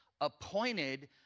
appointed